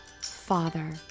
Father